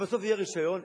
ובסוף יהיה רשיון,